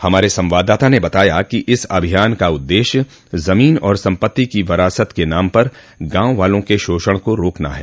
हमारे संवाददाता ने बताया कि इस अभियान का उद्देश्य जमीन और संपत्ति की वरासत के नाम पर गांव वालों के शोषण को रोकना है